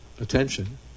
attention